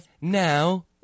now